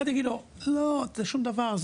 אחד יגיד לו שזה שום דבר,